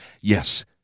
yes